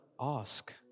ask